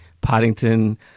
Paddington